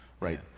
right